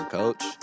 coach